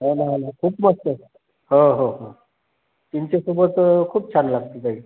हा ना हा ना खूप मस्त हो हो हो चिंचेसोबत खूप छान लागते ताई